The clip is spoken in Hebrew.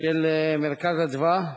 של "מרכז אדוה"